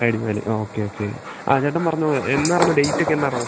അടിമാലി ആ okay okay ആ ചേട്ടൻ പറഞ്ഞോളൂ എന്നാർന്നു ഡേറ്റെക്കെ എന്നാർന്നു